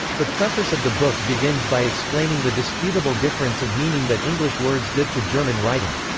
the preface of the book begins by explaining the disputable difference of meaning that english words give to german writing.